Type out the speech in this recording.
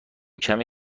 کمی